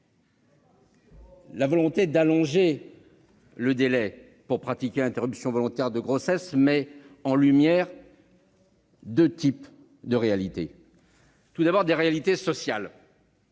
La volonté d'allonger le délai pour pratiquer une interruption volontaire de grossesse met en lumière deux types de réalités. Les premières sont des inégalités sociales,